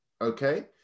Okay